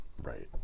Right